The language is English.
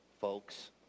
folks